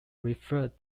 referred